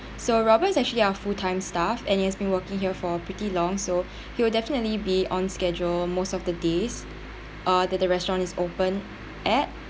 so robert is actually our full time staff and he has been working here for pretty long so he will definitely be on schedule most of the days uh that the restaurant is open at